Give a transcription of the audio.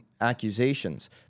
accusations